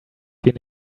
been